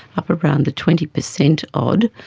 up around the twenty percent odd,